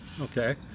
Okay